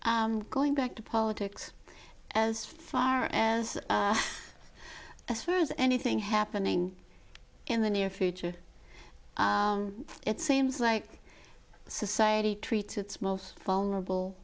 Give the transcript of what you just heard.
risk going back to politics as far as as far as anything happening in the near future it seems like society treats its most vulnerable